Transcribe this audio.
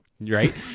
Right